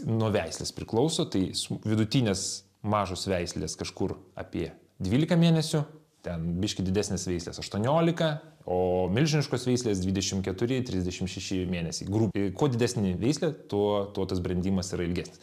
nuo veislės priklauso tai su vidutinės mažos veislės kažkur apie dvylika mėnesių ten biški didesnės veislės aštuoniolika o milžiniškos veislės dvidešimt keturi trisdešimt šeši mėnesiai grubiai kuo didesnė veislė tuo tuo tas brendimas yra ilgesnis